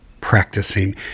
practicing